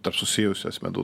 tarp susijusių asmenų